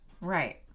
Right